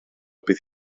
bydd